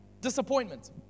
disappointment